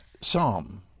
psalm